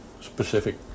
specific